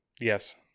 yes